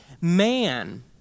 man